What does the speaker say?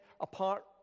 apart